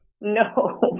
No